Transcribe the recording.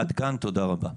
עד כאן, תודה רבה.